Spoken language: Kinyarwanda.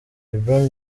lebron